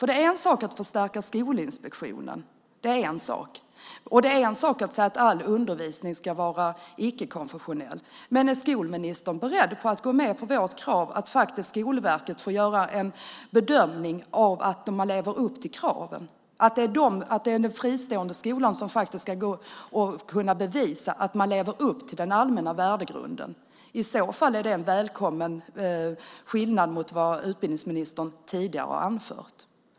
Det är en sak att förstärka Skolinspektionen och säga att all undervisning ska vara icke-konfessionell, men är utbildningsministern beredd att gå med på vårt krav att Skolverket får göra en bedömning av om man lever upp till kraven och att det är den fristående skolan ska kunna bevisa att den lever upp till den allmänna värdegrunden? I så fall är det en välkommen skillnad mot det utbildningsministern tidigare har anfört.